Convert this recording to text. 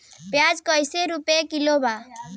प्याज कइसे रुपया किलो बा?